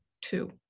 two